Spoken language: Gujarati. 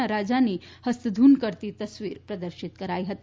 ના રાજાની ફસ્તધૂન કરતી તસવીર પ્રદર્શિત કરાઈ ફતી